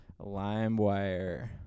LimeWire